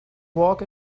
walk